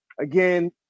again